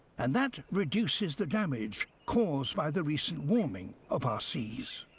and that reduces the damage caused by the recent warming of our seas.